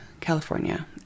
California